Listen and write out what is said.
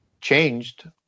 changed